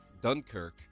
Dunkirk